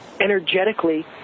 energetically